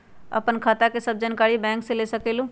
आपन खाता के सब जानकारी बैंक से ले सकेलु?